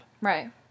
Right